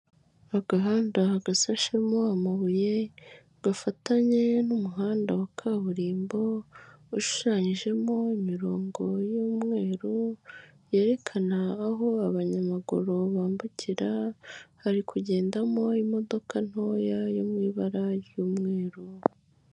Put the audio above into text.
Agahanda gashashemo amabuye gafatanye n'umuhanda wa kaburimbo ushushanyijemo imirongo y'umweru, yerekana aho abanyamaguru bambukira, hari kugendamo imodoka ntoya yo mu ibara ry'umweru.